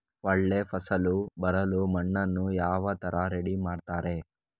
ಒಳ್ಳೆ ಫಸಲು ಬರಲು ಮಣ್ಣನ್ನು ಯಾವ ತರ ರೆಡಿ ಮಾಡ್ತಾರೆ?